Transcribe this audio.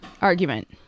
Argument